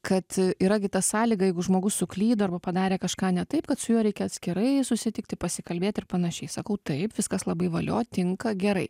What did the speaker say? kad yra gi ta sąlyga jeigu žmogus suklydo arba padarė kažką ne taip kad su juo reikia atskirai susitikti pasikalbėt ir panašiai sakau taip viskas labai valio tinka gerai